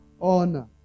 honor